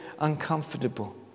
uncomfortable